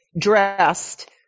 dressed